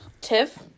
Tiff